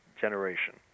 generation